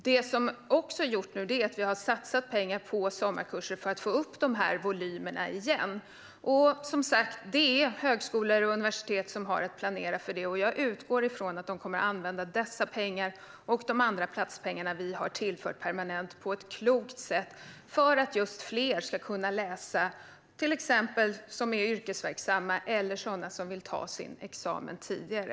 Vi har också satsat pengar på sommarkurser för att få upp volymerna igen. Det är som sagt högskolor och universitet som har att planera för detta. Jag utgår från att de kommer att använda dessa pengar och de permanenta platspengar som vi har tillfört på ett klokt sätt för att fler ska kunna delta i sommarkurser, till exempel yrkesverksamma eller de som vill ta sin examen tidigare.